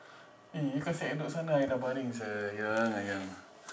eh you kasi I duduk sana I dah baring sia sayang sayang